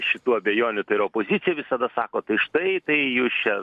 šitų abejonių tai yra opozicija visada sako tai štai tai jūs čia